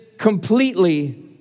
completely